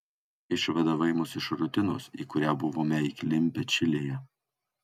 išvadavai mus iš rutinos į kurią buvome įklimpę čilėje